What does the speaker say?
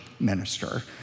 Minister